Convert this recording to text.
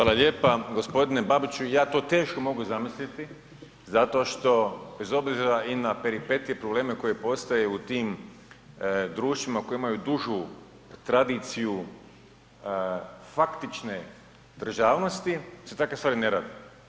Hvala lijepa. g. Babiću ja to teško mogu zamisliti zato što bez obzira i na peripetije i probleme koji postoje u tim društvima koji imaju dužu tradiciju faktične državnosti se takve stvari ne rade.